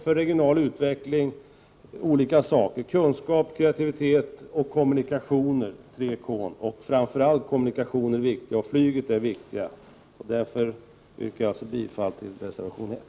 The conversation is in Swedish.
För regional utveckling krävs det olika saker, t.ex. kunskap, kreativitet och kommunikationer — tre stycken K. Framför allt är kommunikationer och flyg viktiga. Jag yrkar alltså bifall till reservation 1.